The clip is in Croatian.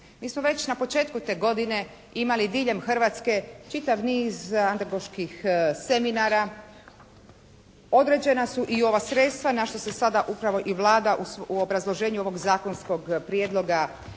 Mi smo već na početku te godine imali diljem Hrvatske čitav niz … /Ne razumije se./ … seminara. Određena su i ova sredstva na što se sada upravo i Vlada u obrazloženju ovog Zakonskog prijedloga